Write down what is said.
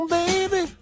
baby